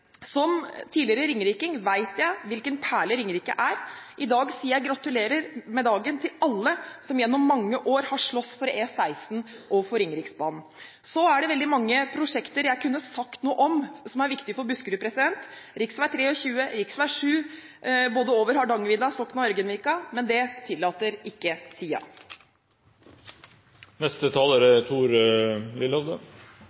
Som tidligere ringeriking vet jeg hvilken perle Ringerike er. I dag sier jeg gratulerer med dagen til alle som gjennom mange år har slåss for E16 og for Ringeriksbanen. Så er det veldig mange prosjekter jeg kunne sagt noe om, som er viktige for Buskerud: rv. 23, rv.7, både over Hardangervidda og Sokna–Ørgenvika, men det tillater ikke